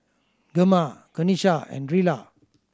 Gemma Kenisha and Rilla